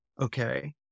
okay